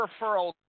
referral